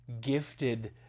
gifted